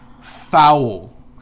foul